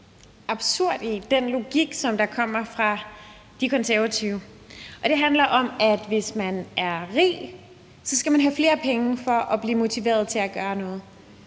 absurd i den logik, der kommer fra De Konservative. Den handler om, at hvis man er rig, skal man have flere penge for at blive motiveret til at gøre noget,